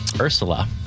Ursula